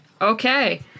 Okay